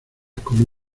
como